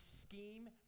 scheme